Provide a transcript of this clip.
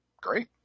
Great